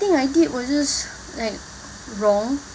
everything I did was just like wrong